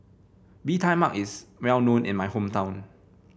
Bee Tai Mak is well known in my hometown